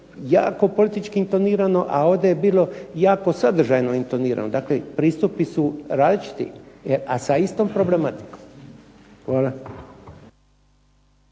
jako politički intonirano a ovdje je bilo jako sadržajno intonirano, dakle pristupi su različiti a sa istom problematikom. Hvala.